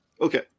okay